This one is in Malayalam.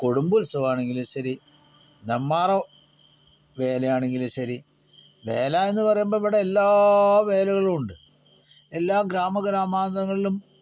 കൊടുമ്പ് ഉത്സവവാണെങ്കിലും ശരി നെന്മാറ വേലെയാണെങ്കിലും ശരി വേല എന്ന് പറയുമ്പോൾ ഇവടെ എല്ലാ വേലകളുണ്ട് എല്ലാ ഗ്രാമ ഗ്രാമന്തരങ്ങളിലും